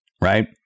Right